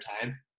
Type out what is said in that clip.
time